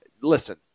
Listen